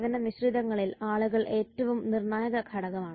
സേവന മിശ്രിതങ്ങളിൽ ആളുകൾ ഏറ്റവും നിർണായക ഘടകമാണ്